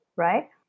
Right